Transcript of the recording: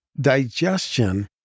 digestion